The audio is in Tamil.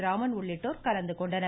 ராமன் உள்ளிட்டோர் கலந்துகொண்டனர்